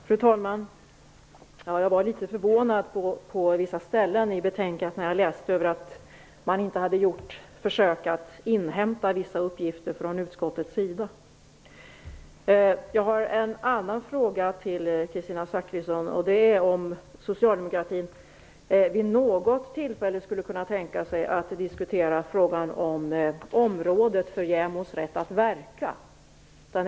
Fru talman! När jag läste betänkandet blev jag på en del ställen förvånad över att man inte hade gjort försök att inhämta vissa uppgifter från utskottets sida. Jag har en annan fråga till Kristina Zakrisson, nämligen om socialdemokratin vid något tillfälle skulle kunna tänka sig att diskutera området för JämO:s rätt att verka.